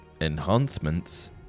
enhancements